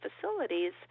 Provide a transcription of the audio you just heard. facilities